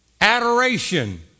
adoration